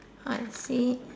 I see